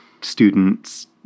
students